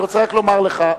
אני רוצה רק לומר לך,